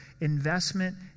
investment